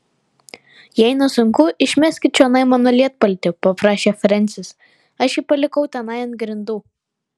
jei nesunku išmeskit čionai mano lietpaltį paprašė frensis aš jį palikau tenai ant grindų